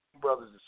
Brothers